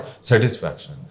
Satisfaction